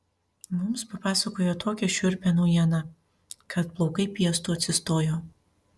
mums papasakojo tokią šiurpią naujieną kad plaukai piestu atsistojo